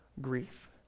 grief